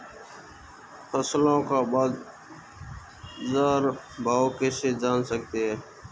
फसलों का बाज़ार भाव कैसे जान सकते हैं?